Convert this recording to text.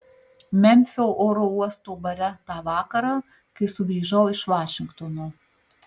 memfio oro uosto bare tą vakarą kai sugrįžau iš vašingtono